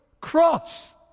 Cross